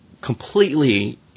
completely